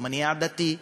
לא מניע דתי.